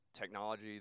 technology